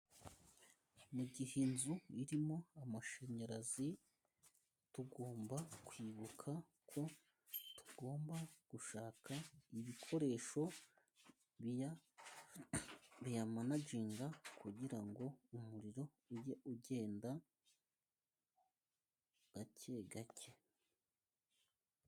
Mu gihe inzu irimo amashanyarazi tugomba kwibuka ko tugomba gushaka ibikoresho biyamanajinga kugira ngo umuriro ujye ugenda gake gake.